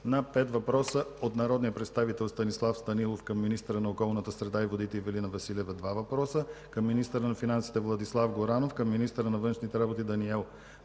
- пет въпроса от народния представител Станислав Станилов към министъра на околната среда и водите Ивелина Василева (два въпроса), към министъра на финансите Владислав Горанов, към министъра на външните работи Даниел